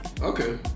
okay